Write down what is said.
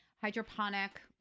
hydroponic